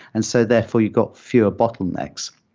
and so therefore you got fewer bottlenecks.